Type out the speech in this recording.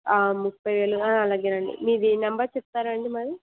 ముప్ఫై వేలు అలాగే అండి మీది నెంబర్ చెప్తారా అండి మరి